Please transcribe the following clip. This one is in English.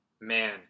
man